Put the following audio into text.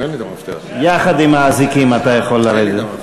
יחד עם האזיקים אתה יכול לרדת.